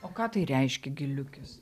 o ką tai reiškia giliukis